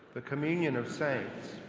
the communion of saints,